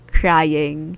crying